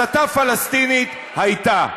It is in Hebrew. הסתה פלסטינית הייתה,